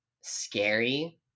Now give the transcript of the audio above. scary